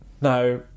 Now